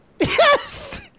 Yes